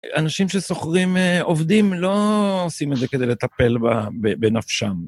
אנשים שסוחרים עובדים לא עושים את זה כדי לטפל בנפשם.